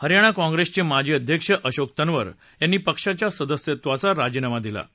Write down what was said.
हरयाणा काँग्रेसचे माजी अध्यक्ष अशोक तन्वर यांनी पक्षाच्या सदस्यत्वाचा राजीनामा दिला आहे